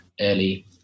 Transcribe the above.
early